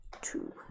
Two